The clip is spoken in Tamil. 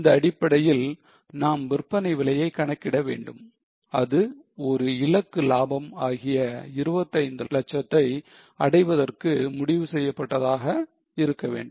இந்த அடிப்படையில் நாம் விற்பனை விலையை கணக்கிட வேண்டும் அது ஒரு இலக்கு லாபம் ஆகிய 25 லட்சத்தை அடைவதற்கு முடிவு செய்யப்பட்டதாக இருக்க வேண்டும்